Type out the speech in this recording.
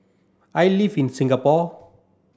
I live in Singapore